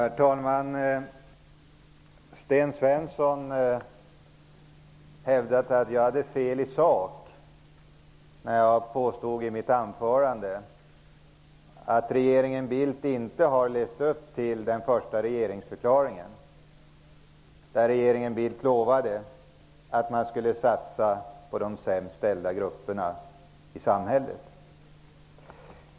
Herr talman! Sten Svensson hävdade att jag hade fel i sak när jag i mitt anförande påstod att regeringen Bildt inte har levt upp till den första regeringsförklaringen. I den lovade regeringen Bildt att man skulle satsa på de sämst ställda grupperna i samhället.